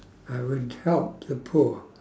I would help the poor